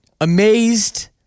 amazed